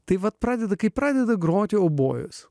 tai vat pradeda kai pradeda groti obojus